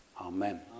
Amen